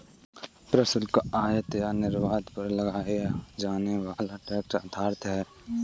प्रशुल्क, आयात या निर्यात पर लगाया जाने वाला टैक्स अर्थात कर है